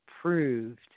proved